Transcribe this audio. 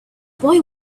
boy